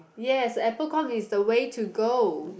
yes Apple com is the way to go